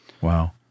wow